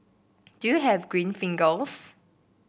do you have green fingers